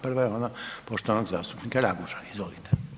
Prva je ona poštovanog zastupnika Raguža, izvolite.